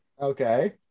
Okay